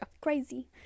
crazy